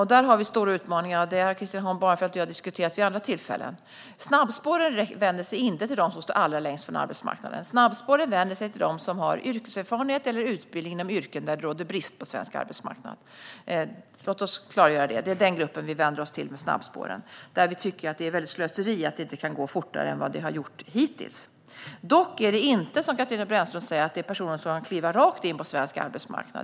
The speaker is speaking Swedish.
Där är utmaningarna stora, och det har jag och Christian Holm Barenfeld diskuterat vid andra tillfällen. Snabbspåren vänder sig inte till dem som står allra längst från arbetsmarknaden. Snabbspåren vänder sig till dem som har yrkeserfarenhet eller utbildning inom yrken där det råder brist på svensk arbetsmarknad. Låt oss klargöra det. Det är den gruppen som snabbspåren vänder sig till. Vi tycker att det är ett väldigt slöseri att det inte kan gå fortare än vad det har gjort hittills. Det handlar dock inte, som Katarina Brännström säger, om personer som kan kliva rakt in på svensk arbetsmarknad.